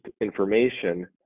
information